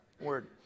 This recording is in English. word